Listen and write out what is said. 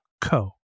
co